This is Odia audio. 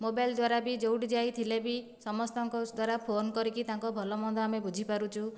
ମୋବାଇଲ୍ ଦ୍ୱାରା ବି ଯେଉଁଠି ଯାଇଥିଲେ ବି ସମସ୍ତଙ୍କ ଦ୍ୱାରା ଫୋନ୍ କରିକି ତାଙ୍କ ଭଲମନ୍ଦ ଆମେ ବୁଝିପାରୁଛୁ